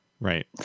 Right